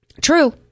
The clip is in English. True